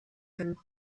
können